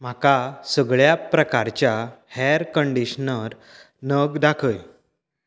म्हाका सगळ्या प्रकारच्या हॅर कंडीशनर नग दाखय